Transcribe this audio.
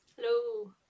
Hello